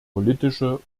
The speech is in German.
politische